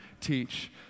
teach